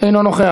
אינו נוכח.